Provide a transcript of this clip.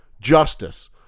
justice